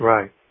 Right